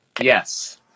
Yes